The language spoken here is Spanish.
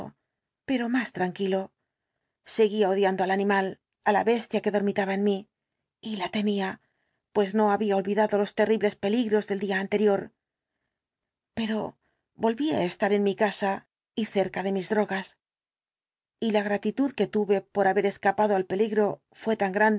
pero más tranquilo seguía odiando al animal á la bestia que dormitaba en mí y la temía pues no había olvidado los terribles peligros del día anterior pero volvía á estar en mi casa y cerca de mis drogas y la gratitud que tuve por haber escapado al peligro fué tan grande